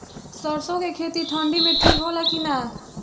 सरसो के खेती ठंडी में ठिक होला कि ना?